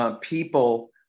people